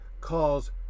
calls